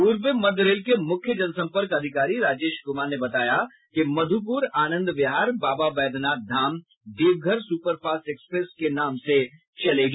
पूर्व मध्य रेल के मुख्य जनसंपर्क अधिकारी राजेश कुमार ने बताया कि Madhupur Anand Vihar Baba Baidyanath Dham Deoghar super fast express के नाम से चलेगी